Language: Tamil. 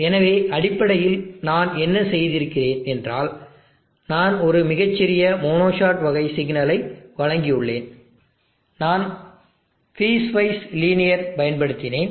எனவே அடிப்படையில் நான் என்ன செய்திருக்கிறேன் என்றால் நான் ஒரு மிகச் சிறிய மோனோ ஷாட் வகை சிக்னலை வழங்கியுள்ளேன் நான் பீஸ்வைஸ் லீனியர் பயன்படுத்தினேன்